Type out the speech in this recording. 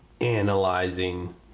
analyzing